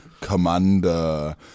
Commander